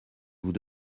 vous